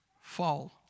fall